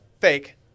fake